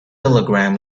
telegram